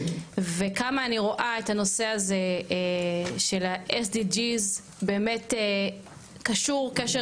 וכמה אני רואה את הנושא הזה של ה-SDG קשור קשר